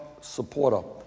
supporter